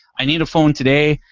i need a phone today.